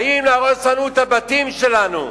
באים להרוס לנו את הבתים שלנו.